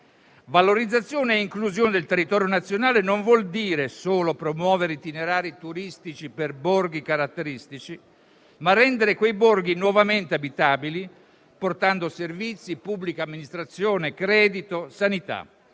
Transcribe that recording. Valorizzazione e inclusione del territorio nazionale non vuol dire solo promuovere itinerari turistici per borghi caratteristici, ma rendere quei borghi nuovamente abitabili, portando servizi, pubblica amministrazione, credito, sanità